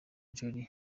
jolie